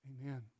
amen